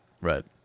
Right